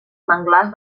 manglars